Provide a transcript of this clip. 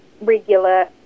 regular